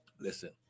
listen